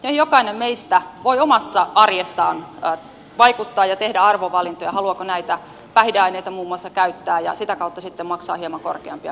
jokainen meistä voi omassa arjessaan vaikuttaa ja tehdä arvovalintoja haluaako muun muassa näitä päihdeaineita käyttää ja sitä kautta sitten maksaa hieman korkeampia veroja